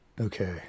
Okay